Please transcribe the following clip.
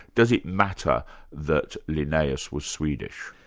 does it matter that linnaeus was swedish?